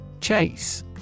Chase